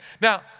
Now